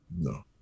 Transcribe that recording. No